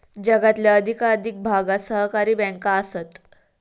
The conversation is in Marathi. जगातल्या अधिकाधिक भागात सहकारी बँका आसत